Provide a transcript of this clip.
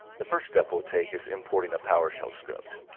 the first step we'll take is importing a powershell script.